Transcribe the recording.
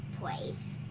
place